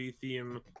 theme